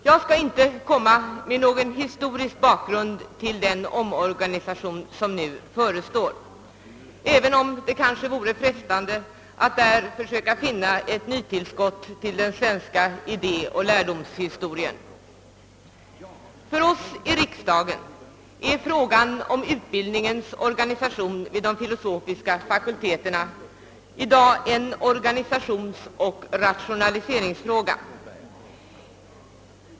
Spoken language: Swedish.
Jag skall inte komma med någon historisk bakgrund till den omorganisation som nu förestår, även om det kanske vore frestande att försöka finna ett nytillskott till den svenska idé och lärdomshistorien. För oss i riksdagen är frågan om utbildningens organisation vid de filosofiska fakulteterna en organisationsoch rationaliseringsfråga.